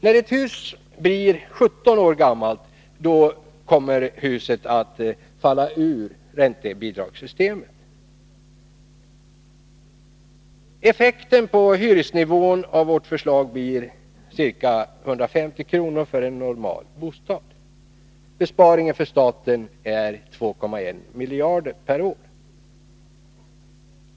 När ett hus blir 17 år gammalt utgår inga räntebidrag. När det gäller hyresnivån blir effekten av vårt förslag ca 150 kr. per månad för en normalbostad. Besparingen för staten blir 2,1 miljarder kronor per år.